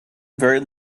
very